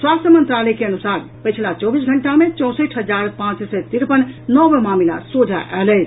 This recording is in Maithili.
स्वास्थ्य मंत्रालय के अनुसार पछिला चौबीस घंटा मे चौसठि हजार पांच सय तिरपन नव मामिला सोझा आयल अछि